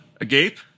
Agape